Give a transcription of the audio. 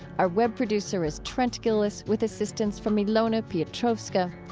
our web producer is trent gilliss with assistance from ilona piotrowska.